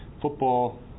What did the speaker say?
football